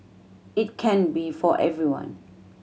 it can be for everyone